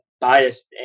biased